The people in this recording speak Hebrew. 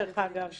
דרך אגב.